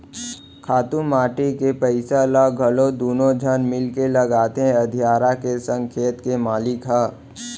खातू माटी के पइसा ल घलौ दुनों झन मिलके लगाथें अधियारा के संग खेत के मालिक ह